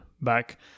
back